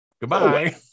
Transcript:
Goodbye